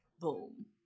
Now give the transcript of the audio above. Boom